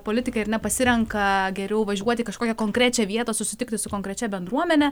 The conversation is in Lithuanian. politikai ar ne pasirenka geriau važiuoti į kažkokią konkrečią vietą susitikti su konkrečia bendruomene